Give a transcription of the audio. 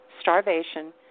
starvation